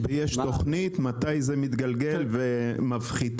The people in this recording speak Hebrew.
יש תוכנית מתי זה מתגלגל ומפחיתים?